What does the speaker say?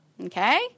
Okay